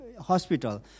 hospital